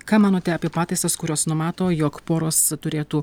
ką manote apie pataisas kurios numato jog poros turėtų